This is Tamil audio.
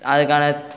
அதுக்கான